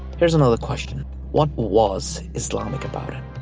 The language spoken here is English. here's another question, what was islamic about it?